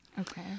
Okay